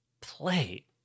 play